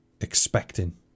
expecting